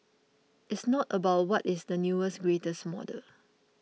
it's not about what is the newest greatest model